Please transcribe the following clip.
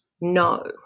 no